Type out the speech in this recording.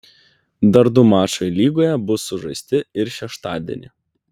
dar du mačai lygoje bus sužaisti ir šeštadienį